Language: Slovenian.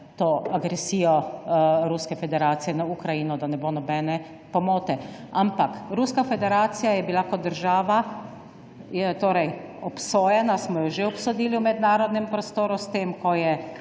to agresijo Ruske federacije na Ukrajino, da ne bo nobene pomote, ampak Ruska federacija je torej obsojena, smo jo že obsodili v mednarodnem prostoru s tem, ko je